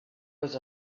was